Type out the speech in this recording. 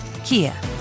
Kia